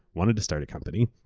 wanted to start a company.